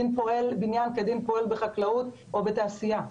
דין פועל בניין כדין פועל בחקלאות או בתעשייה.